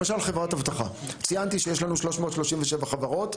למשל, חברת אבטחה, ציינתי שיש לנו 337 חברות.